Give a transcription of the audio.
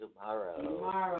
tomorrow